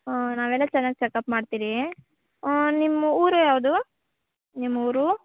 ಹಾಂ ನಾವೆಲ್ಲ ಚೆನ್ನಾಗಿ ಚಕಪ್ ಮಾಡ್ತೀರಿ ನಿಮ್ಮ ಊರು ಯಾವುದು ನಿಮ್ಮೂರು